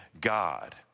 God